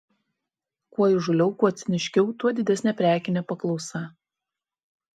kuo įžūliau kuo ciniškiau tuo didesnė prekinė paklausa